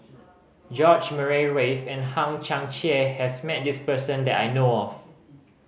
George Murray Reith and Hang Chang Chieh has met this person that I know of